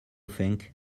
think